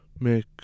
make